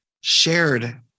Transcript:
shared